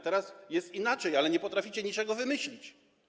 Teraz jest inaczej, ale nie potraficie niczego wymyślić.